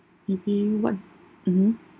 you think what mmhmm